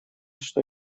что